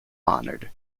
honored